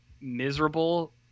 miserable